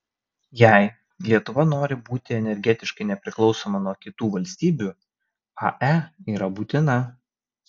jei lietuva nori būti energetiškai nepriklausoma nuo kitų valstybių ae yra būtina